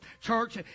Church